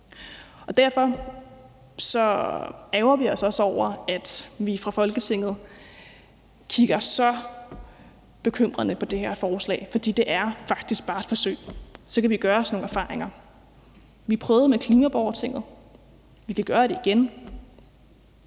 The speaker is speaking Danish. Derfor ærgrer vi os også over, at vi fra Folketingets side kigger så bekymrede på det her forslag, for det er faktisk bare et forsøg. Så kan vi gøre os nogle erfaringer. Vi prøvede med klimaborgertinget; vi kan gøre det igen.